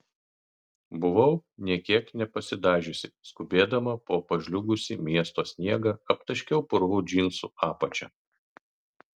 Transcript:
buvau nė kiek nepasidažiusi skubėdama po pažliugusį miesto sniegą aptaškiau purvu džinsų apačią